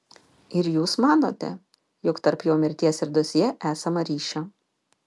ir jūs manote jog tarp jo mirties ir dosjė esama ryšio